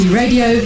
radio